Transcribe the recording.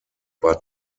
war